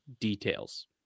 details